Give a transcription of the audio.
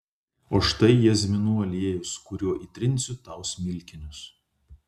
o štai jazminų aliejus kuriuo įtrinsiu tau smilkinius